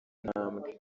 ntambwe